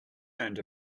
earned